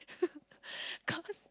cause